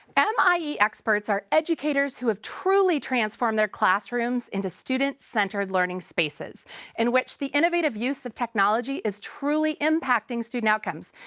um experts are educators who have truly transformed their classrooms into student-centered learning spaces in which the innovative use of technology is truly impacting student outcomes.